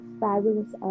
fabulous